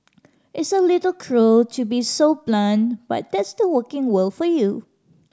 it's a little cruel to be so blunt but that's the working world for you